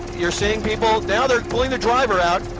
you're seeing people now they're pulling a driver out.